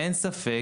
אין ספק,